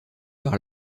par